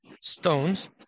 stones